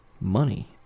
money